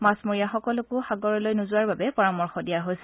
মাছমৰীয়াসকলকো সাগৰলৈ নোযোৱাৰ বাবে পৰামৰ্শ দিয়া হৈছে